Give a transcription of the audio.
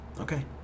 Okay